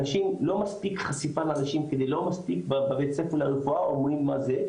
אנשים לא מספיק חשופים בבית הספר לרפואה אומרים מה זה.